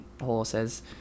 horses